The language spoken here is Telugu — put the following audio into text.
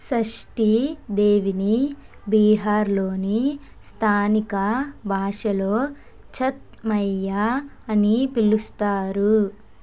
షష్ఠీ దేవిని బీహార్లోని స్థానిక భాషలో ఛత్ మైయ్యా అని పిలుస్తారు